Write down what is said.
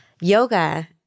Yoga